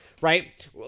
Right